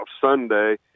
Sunday